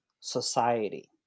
society